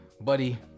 buddy